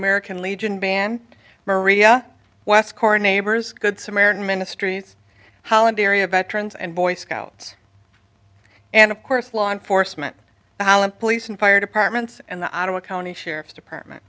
american legion band maria west corps neighbors good samaritan ministries holiday area veterans and boy scouts and of course law enforcement police and fire departments and the ottawa county sheriff's department